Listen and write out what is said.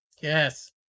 Yes